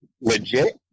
legit